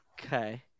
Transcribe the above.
Okay